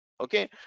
okay